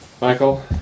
Michael